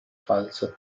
falsa